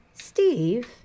Steve